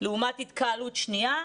לעומת התקהלות שנייה?